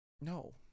no